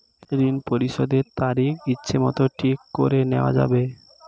ঋণ পরিশোধের তারিখ ইচ্ছামত ঠিক করে নেওয়া যাবে?